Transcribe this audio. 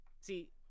see